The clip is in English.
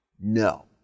no